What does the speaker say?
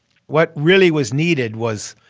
what really was needed was,